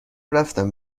رفتم